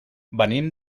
venim